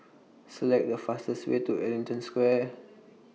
Select The fastest Way to Ellington Square